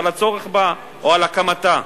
על הצורך בה או על הקמתה,